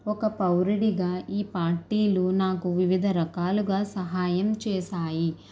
ఒక పౌరుడిగా ఈ పార్టీలు నాకు వివిధ రకాలుగా సహాయం చేశాయి